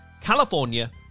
California